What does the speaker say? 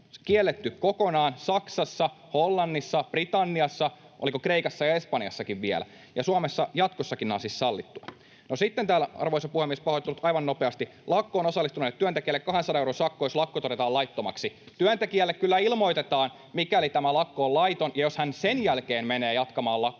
kielletty kokonaan: Saksassa, Hollannissa, Britanniassa, oliko Kreikassa ja Espanjassakin vielä. Suomessa jatkossakin nämä ovat siis sallittuja. Sitten täällä on — arvoisa puhemies, pahoittelut, aivan nopeasti — lakkoon osallistuneelle työntekijälle 200 euron sakko, jos lakko todetaan laittomaksi. Työntekijälle kyllä ilmoitetaan, mikäli lakko on laiton, ja jos hän sen jälkeen menee jatkamaan lakkoa,